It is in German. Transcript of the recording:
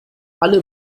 alle